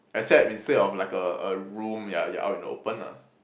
except instead of like a a room yeah you're out in the open lah